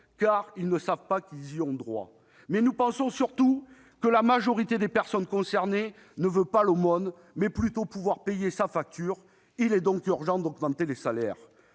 car ils ne savent pas qu'ils y ont droit. Mais nous pensons surtout que la majorité des personnes concernées veulent non pas recevoir l'aumône, mais plutôt pouvoir payer leur facture. Il est donc urgent d'augmenter les salaires.